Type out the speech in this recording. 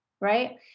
right